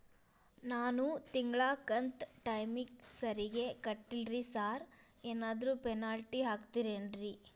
ನಾನು ತಿಂಗ್ಳ ಕಂತ್ ಟೈಮಿಗ್ ಸರಿಗೆ ಕಟ್ಟಿಲ್ರಿ ಸಾರ್ ಏನಾದ್ರು ಪೆನಾಲ್ಟಿ ಹಾಕ್ತಿರೆನ್ರಿ?